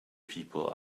people